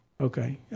Okay